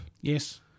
Yes